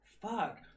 fuck